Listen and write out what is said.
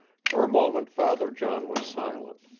for a moment father john was silent.